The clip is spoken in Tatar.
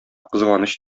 кызганыч